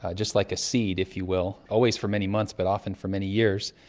ah just like a seed, if you will, always for many months but often for many years,